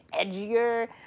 edgier